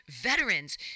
veterans